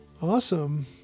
Awesome